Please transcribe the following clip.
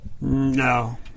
No